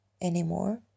anymore